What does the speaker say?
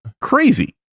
crazy